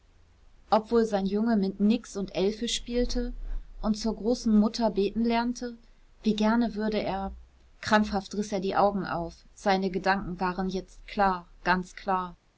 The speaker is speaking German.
wohl sein junge mit nix und elfe spielte und zur großen mutter beten lernte wie gerne würde er krampfhaft riß er die augen auf seine gedanken waren jetzt klar ganz klar